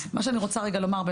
רוצה רגע לומר,